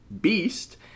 Beast